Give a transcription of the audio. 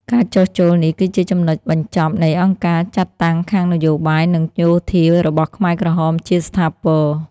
ការចុះចូលនេះគឺជាចំណុចបញ្ចប់នៃអង្គការចាត់តាំងខាងនយោបាយ និងយោធារបស់ខ្មែរក្រហមជាស្ថាពរ។